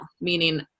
meaning